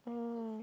oh